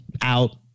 out